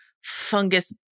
fungus